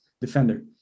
defender